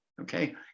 okay